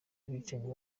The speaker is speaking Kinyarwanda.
abicanyi